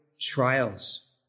trials